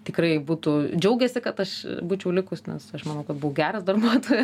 tikrai būtų džiaugęsi kad aš būčiau likus nes aš manau kad buvau geras darbuotoja